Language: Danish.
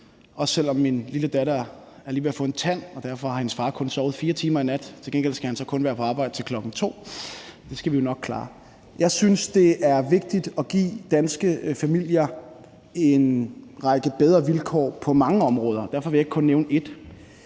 også selv om min lille datter er lige ved at få en tand, hvorfor hendes far kun har sovet 4 timer i nat, men til gengæld skal han så kun være på arbejde til kl. 2.00. Det skal vi jo nok klare. Jeg synes, det er vigtigt at give danske familier en række bedre vilkår på mange områder, og derfor vil jeg ikke kun nævne et.